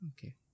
Okay